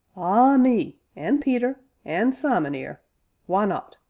ah, me an' peter, an' simon, ere why not?